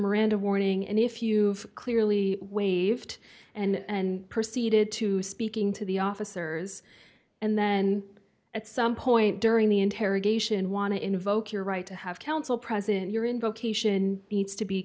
miranda warning and if you've clearly waived and proceeded to speaking to the officers and then at some point during the interrogation want to invoke your right to have counsel present your invocation needs to be